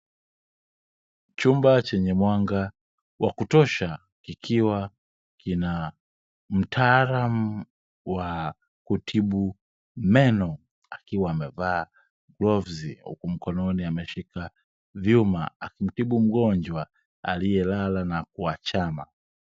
Chumba chenye mwanga wa kutosha kikiwa kina mtaalamu wa kutibu Meno, akiwa amevaa glovu huku mkononi ameshika vyuma akimtibu mgonjwa alielala na kuachama.